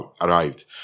arrived